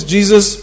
Jesus